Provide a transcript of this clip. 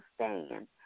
understand